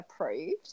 approved